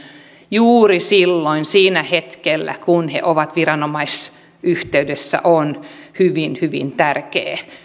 juuri silloin sillä hetkellä kun he ovat viranomaisyhteydessä on hyvin hyvin tärkeää